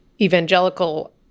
evangelical